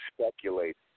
speculate